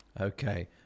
Okay